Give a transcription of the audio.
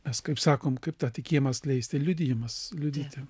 mes kaip sakom kaip tą tikėjimą skleisti liudijimas liudyti